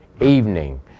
evening